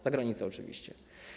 Za granicę oczywiście.